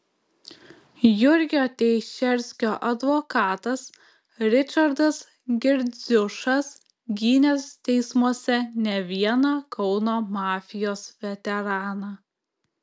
jurgio teišerskio advokatas ričardas girdziušas gynęs teismuose ne vieną kauno mafijos veteraną